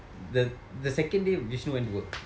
the the second vishnu went to work